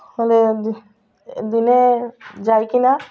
ହେଲେ ଦିନେ ଯାଇକିନା